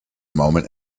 moment